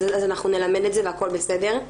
אז אנחנו נלמד את זה והכול בסדר.